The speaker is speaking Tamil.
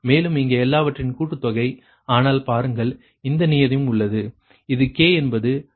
மேலும் இங்கே எல்லாவற்றின் கூட்டுத்தொகை ஆனால் பாருங்கள் இந்த நியதியும் உள்ளது இது k என்பது i க்கு சமம் அல்ல